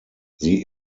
sie